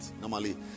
normally